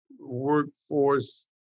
workforce